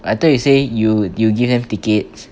I thought you say you you give them tickets